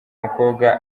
umukobwa